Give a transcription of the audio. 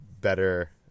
better